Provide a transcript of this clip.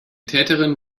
täterin